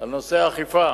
על נושא האכיפה